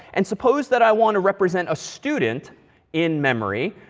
and suppose that i want to represent a student in memory.